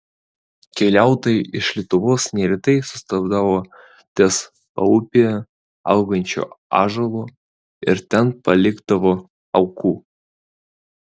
keliautojai iš lietuvos neretai sustodavo ties paupyje augančiu ąžuolu ir ten palikdavo aukų